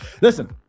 listen